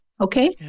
Okay